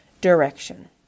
direction